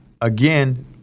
again